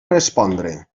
respondre